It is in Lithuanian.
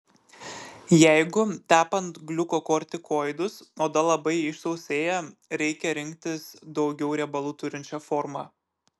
jeigu tepant gliukokortikoidus oda labai išsausėja reikia rinktis daugiau riebalų turinčią formą